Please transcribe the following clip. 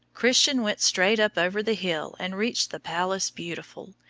christian went straight up over the hill and reached the palace beautiful,